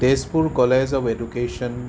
Tezpur college of education